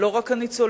לא רק הניצולים,